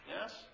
Yes